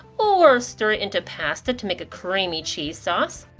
or stir it into pasta to make a creamy cheese sauce.